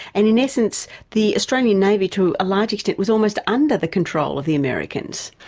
and in essence the australian navy to a large extent was almost under the control of the americans.